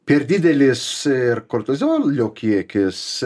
per didelis ir kortizolio kiekis